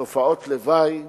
תופעות לוואי,